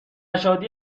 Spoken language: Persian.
شادیش